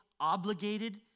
obligated